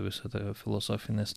visada tą filosofinės